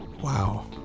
Wow